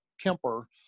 Kemper